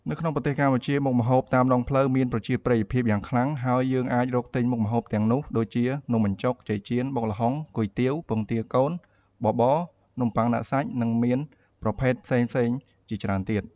នៅក្នុងប្រទេសកម្ពុជា មុខម្ហូបតាមដងផ្លូវមានប្រជាប្រិយភាពយ៉ាងខ្លាំង ហើយយើងអាចរកទិញមុខម្ហូបទាំងនោះដូចជា៖ នំបញ្ចុក ចេកចៀន បុកល្ហុង គុយទាវ ពងទាកូន បបរ នំប៉័ងដាក់សាច់ និងមានប្រភេទផ្សេងៗជាច្រើនទៀត។